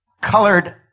colored